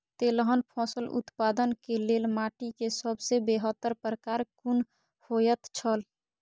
तेलहन फसल उत्पादन के लेल माटी के सबसे बेहतर प्रकार कुन होएत छल?